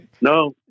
No